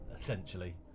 essentially